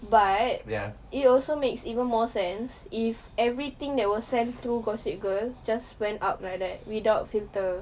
but it also makes even more sense if everything that was sent through gossip girl just went up like that without filter